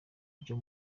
byo